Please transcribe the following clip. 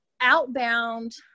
outbound